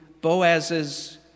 Boaz's